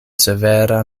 severa